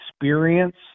experience